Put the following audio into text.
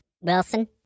Wilson